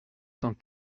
cent